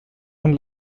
und